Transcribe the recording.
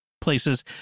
places